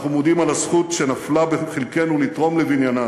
אנחנו מודים על הזכות שנפלה בחלקנו לתרום לבניינה,